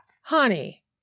honey